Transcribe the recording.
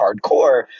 hardcore